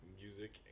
music